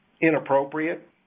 inappropriate